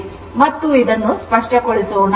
ಆದ್ದರಿಂದ ಮತ್ತು ಅದನ್ನು ಸ್ಪಷ್ಟಗೊಳಿಸೋಣ